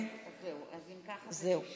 זה 19